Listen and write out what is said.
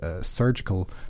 Surgical